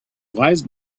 wise